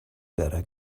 better